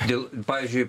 dėl pavyzdžiui